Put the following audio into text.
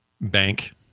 bank